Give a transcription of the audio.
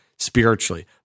Spiritually